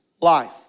life